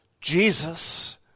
Jesus